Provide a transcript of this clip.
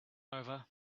over